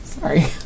sorry